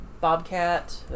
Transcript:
bobcat